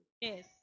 Yes